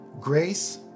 grace